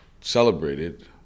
celebrated